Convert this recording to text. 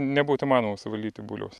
nebūtų įmanoma suvaldyti buliaus